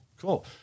Cool